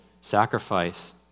sacrifice